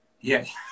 yes